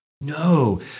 No